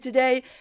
today